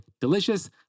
delicious